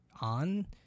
on